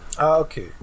Okay